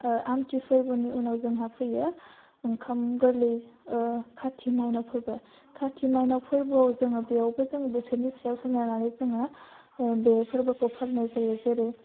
आमथि फोरबोनि उनाव जोंहा फैयो ओंखाम गोरलै खाति माइनाव फोरबो खाति माइनाव फोरबोआव जोङो बेयावबो जोङो बोथोरनि सायाव सोनारनानै जोङो बे फोरबोखौ फालिनाय जायो जेरै